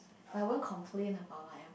I won't complain about my